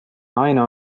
naine